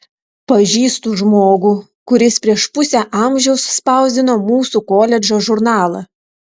pažįstu žmogų kuris prieš pusę amžiaus spausdino mūsų koledžo žurnalą